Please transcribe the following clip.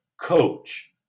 coach